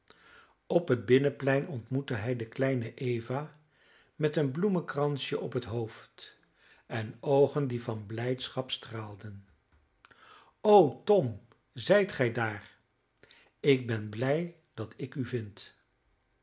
op het binnenplein ontmoette hij de kleine eva met een bloemenkransje op het hoofd en oogen die van blijdschap straalden o tom zijt gij daar ik ben blij dat ik u vind